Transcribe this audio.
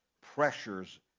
pressures